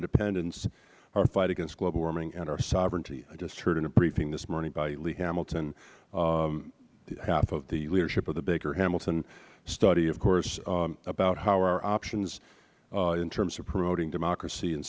independence our fight against global warming and our sovereignty i just heard in a briefing this morning by lee hamilton half of the leadership of the baker hamilton study of course about how our options in terms of promoting democracy in